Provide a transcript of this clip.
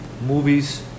movies